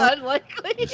Unlikely